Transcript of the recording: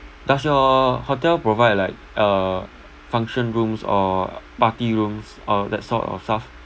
does your hotel provide like uh function rooms or party rooms or that sort of stuff